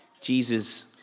Jesus